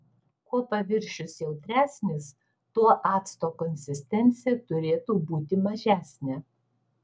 kuo paviršius jautresnis tuo acto konsistencija turėtų būti mažesnė